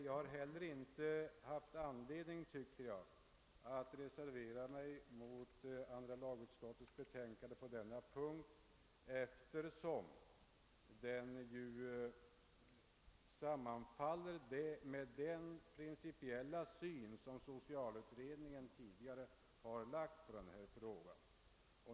Jag har emellertid inte haft anledning att reservera mig mot andra lagutskottets hemställan på denna punkt, eftersom den sammanfaller med den principiella syn som socialutredningen tidigare har anlagt på denna fråga.